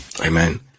Amen